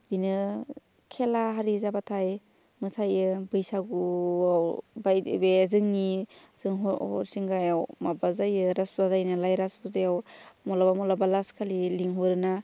बिदिनो खेला आरि जाबाथाय मोसायो बैसागुआव बायदि बे जोंनि जों हरिसिंगायाव माबा जायो रास फुजा जायो नालाय रास फुजायाव माब्लाबा माब्लाबा लास्त खालि लिंहरोना